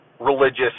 religious